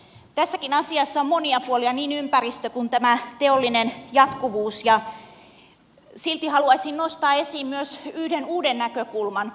tässäkin asiassa on monia puolia niin ympäristö kuin tämä teollinen jatkuvuus ja silti haluaisin nostaa esiin myös yhden uuden näkökulman